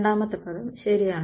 രണ്ടാമത്തെ പദം ശരിയാണ്